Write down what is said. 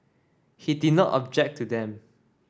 he did not object to them